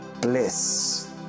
bliss